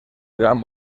gran